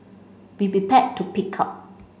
be prepared to pig out